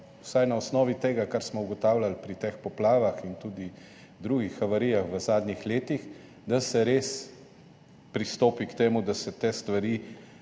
vsaj na osnovi tega, kar smo ugotavljali pri teh poplavah in tudi drugih havarijah v zadnjih letih, res pristopi k temu, da se te stvari